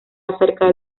acerca